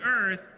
earth